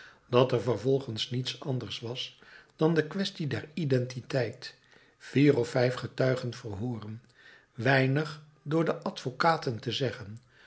dat er vervolgens niets anders was dan de kwestie der identiteit vier of vijf getuigenverhooren weinig door de advocaten te zeggen